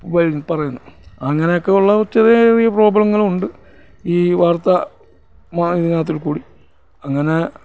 വരുന്നു പറയുന്നു അങ്ങനെയൊക്കെ ഉള്ള ചെറിയ ചെറിയ പ്രോബ്ലങ്ങളുണ്ട് ഈ വാർത്താ മാധ്യമത്തിൽക്കൂടി അങ്ങനെ